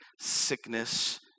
sickness